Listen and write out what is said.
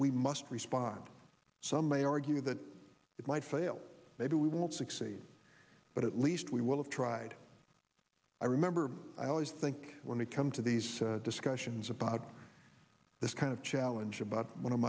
we must respond some may argue that it might fail maybe we will succeed but at least we will have tried i remember i always think when we come to these discussions about this kind of challenge about one of